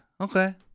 Okay